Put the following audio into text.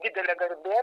didelė garbė